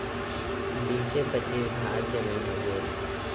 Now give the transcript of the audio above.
बीसे पचीस भाग जमीन हउवे